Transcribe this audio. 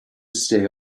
stay